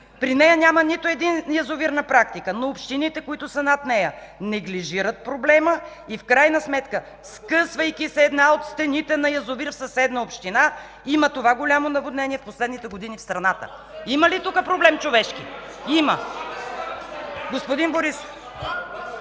при нея няма нито един язовир на практика, но общините, които са над нея, неглижират проблема и в крайна сметка, скъсвайки се една от стените на язовир в съседна община, има това голямо наводнение в последните години в страната.” Има ли тук човешки проблем? (Силен